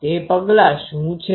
તે પગલાં શું છે